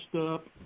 up